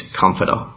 comforter